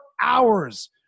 hours